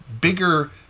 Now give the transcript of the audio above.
bigger